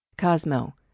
Cosmo